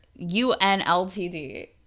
UNLTD